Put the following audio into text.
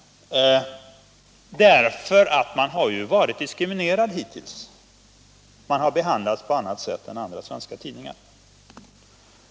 Man har ju varit diskriminerad hittills, man har behandlats på annat sätt än andra tidningar i Sverige.